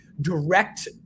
direct –